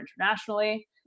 internationally